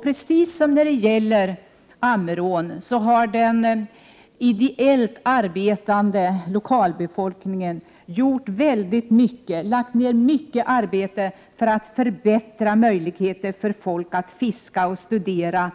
: Precis som när det gäller Ammerån har ideellt arbetande lokalbefolkning lagt ner mycket arbete för att förbättra möjligheterna för folk att fiska och studera